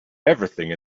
everything